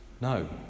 no